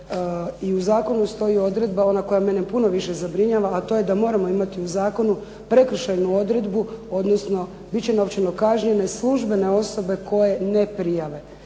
i u zakonu stoji odredba ona koja mene puno više zabrinjava, a to je da moramo imati u zakonu prekršajnu odredbu, odnosno bit će novčano kažnjene službene osobe koje ne prijave.